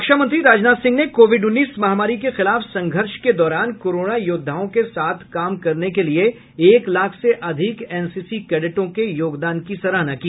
रक्षामंत्री राजनाथ सिंह ने कोविड उन्नीस महामारी के खिलाफ संघर्ष के दौरान कोरोना योद्धाओं के साथ काम करने के लिए एक लाख से अधिक एनसीसी कैडेटों को योगदान की सराहना की